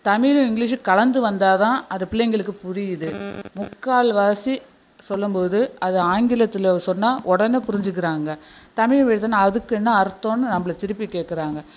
Tamil English கலந்து வந்தால் தான் அது பிள்ளைங்களுக்கு புரியுது முக்கால்வாசி சொல்லும்போது அது ஆங்கிலத்தில் சொன்னால் உடனே புரிஞ்சுக்கிறாங்க தமிழ்வழி தானே அதுக்கு என்ன அர்த்தன்னு நம்மள திருப்பி கேட்கறாங்க